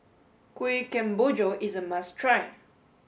Kuih Kemboja is a must try